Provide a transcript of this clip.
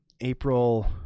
April